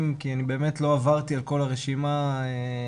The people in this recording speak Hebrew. כי אני באמת לא עברתי על כל הרשימה השמית,